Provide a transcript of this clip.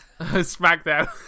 SmackDown